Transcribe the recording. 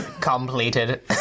Completed